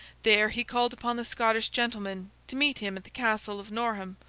there, he called upon the scottish gentlemen to meet him at the castle of norham,